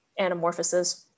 anamorphosis